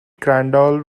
crandall